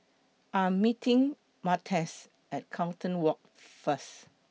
I Am meeting Martez At Carlton Walk First